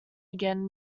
again